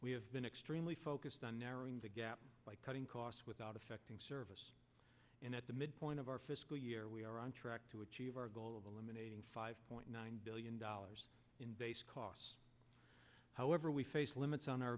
we have been extremely focused on narrowing the gap by cutting costs without affecting service and at the midpoint of our fiscal year we are on track to achieve our goal of eliminating five point nine billion dollars in base costs however we face limits on